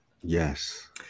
yes